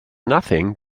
nothing